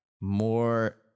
more